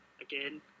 again